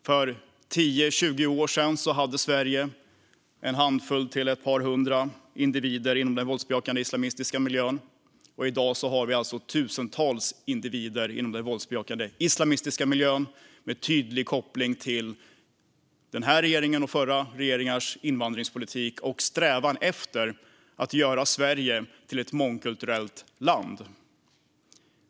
För 10-20 år sedan hade Sverige en handfull till ett par hundra individer inom den våldsbejakande islamistiska miljön, och i dag har vi tusentals individer inom samma miljö. Kopplingen är tydlig till denna regerings och tidigare regeringars invandringspolitik och strävan efter att göra Sverige till ett mångkulturellt land.